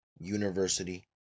University